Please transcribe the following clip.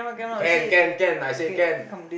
can can can I say can